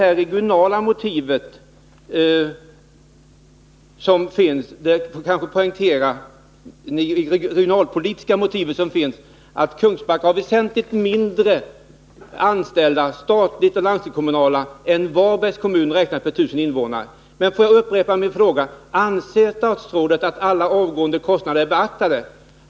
Jag vill också peka på det regionalpolitiska motivet. Kungsbacka har väsentligt färre statligt och landstingskommunalt anställda än Varberg kommun räknat per 1 000 invånare. Men låt mig upprepa mina frågor: Anser statsrådet att alla avgående kostnader är beaktade?